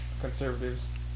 conservatives